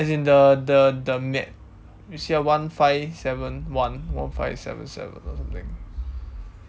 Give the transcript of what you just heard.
as in the the the map you see ah one five seven one one five seven seven or something